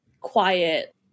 quiet